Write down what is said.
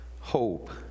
hope